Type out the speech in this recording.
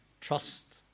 trust